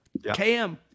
KM